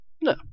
no